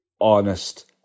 honest